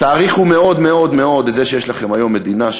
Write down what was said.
תעריכו מאוד מאוד מאוד את זה שיש לכם היום מדינה,